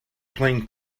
playing